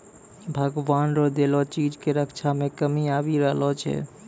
भगवान रो देलो चीज के रक्षा मे कमी आबी रहलो छै